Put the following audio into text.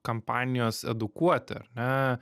kampanijos edukuoti ar ne